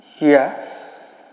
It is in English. Yes